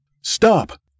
Stop